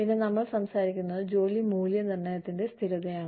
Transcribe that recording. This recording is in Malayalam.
പിന്നെ നമ്മൾ സംസാരിക്കുന്നത് ജോലി മൂല്യനിർണ്ണയത്തിന്റെ സ്ഥിരതയാണ്